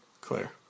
Claire